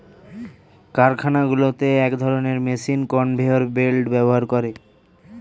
কারখানাগুলোতে এক ধরণের মেশিন কনভেয়র বেল্ট ব্যবহার করে